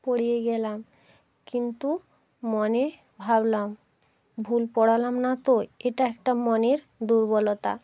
পড়িয়েই গেলাম কিন্তু মনে ভাবলাম ভুল পড়ালাম না তো এটা একটা মনের দুর্বলতা